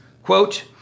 Quote